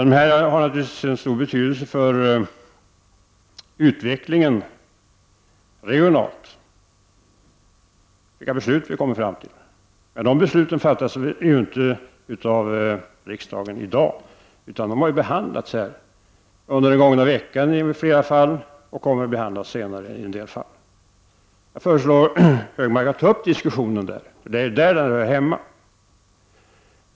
Det har naturligtvis stor betydelse för den regionala utvecklingen vilka beslut vi kommer fram till. Dessa beslut fattas emellertid inte av riksdagen i dag, utan frågorna har ju behandlats i en del fall under den gångna veckan och i andra fall kommer de att behandlas senare i veckan. Jag föreslår att Anders G Högmark tar upp denna diskussion då, för det är där den hör hemma.